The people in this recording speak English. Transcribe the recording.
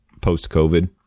post-COVID